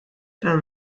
the